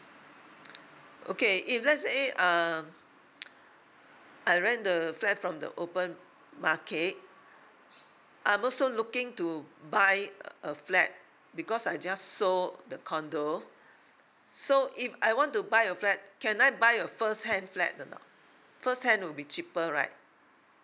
okay if let's say uh I rent the flat from the open market I'm also looking to buy a flat because I just sold the condo so if I want to buy a flat can I buy a first hand flat or not first hand will be cheaper right